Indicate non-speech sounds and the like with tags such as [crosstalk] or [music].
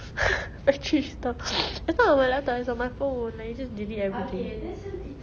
[laughs] factory restore it's not on my laptop it's on my phone and you just delete everything